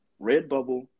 Redbubble